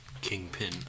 kingpin